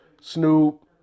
Snoop